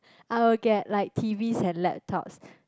I will get like t_vs and laptops